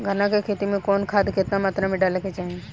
गन्ना के खेती में कवन खाद केतना मात्रा में डाले के चाही?